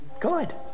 good